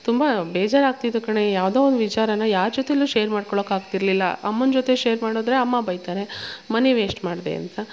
ತುಂಬ ಬೇಜಾರಾಗ್ತಿತ್ತು ಕಣೆ ಯಾವುದೋ ಒಂದು ವಿಚಾರನ ಯಾರ ಜೊತೆಲೂ ಶೇರ್ ಮಾಡಿಕೊಳಕ್ಕಾಗ್ತಿರ್ಲಿಲ್ಲ ಅಮ್ಮನ ಜೊತೆ ಶೇರ್ ಮಾಡಿದರೆ ಅಮ್ಮ ಬೈತಾರೆ ಮನಿ ವೇಸ್ಟ್ ಮಾಡಿದೆ ಅಂತ